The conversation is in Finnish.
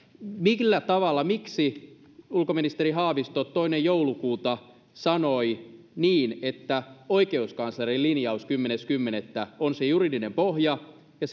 millä tavalla ja miksi ulkoministeri haavisto toinen joulukuuta sanoi niin että oikeuskanslerin linjaus kymmenes kymmenettä on se juridinen pohja ja